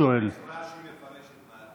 רש"י מפרש את נאקתם?